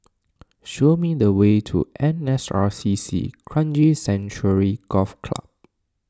show me the way to N S R C C Kranji Sanctuary Golf Club